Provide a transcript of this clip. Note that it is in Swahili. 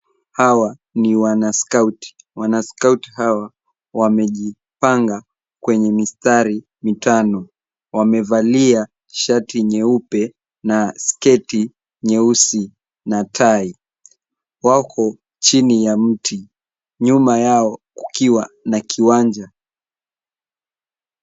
Hawa ni wanaskauti . Wanaskauti hawa wamejipanga kwenye mistari mitano. Wamevalia shati nyeupe na sketi nyeusi na tai. Wako chini ya mti, nyuma yao kukiwa na kiwanja.